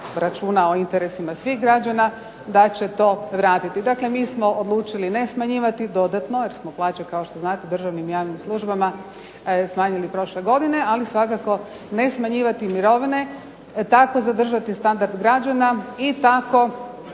računa o interesima svih građana, da će to vratiti. Dakle, mi smo odlučili ne smanjivati dodatno jer smo plaće kao što znate državnim i javnim službama smanjili prošle godine, ali svakako ne smanjivati mirovine, tako zadržati standard građana i tako